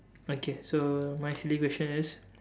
okay so my silly question is